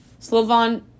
Slovan